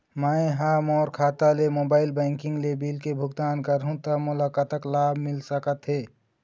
मैं हा मोर खाता ले मोबाइल बैंकिंग ले बिल के भुगतान करहूं ता मोला कतक लाभ मिल सका थे?